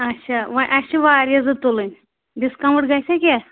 اچھا وۄںۍ اَسہِ چھِ واریاہ زٕ تُلٕنۍ ڈِسکاوُنٛٹ گَژھیٛا کینٛہہ